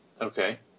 Okay